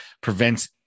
prevents